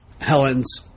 Helen's